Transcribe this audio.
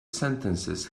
sentences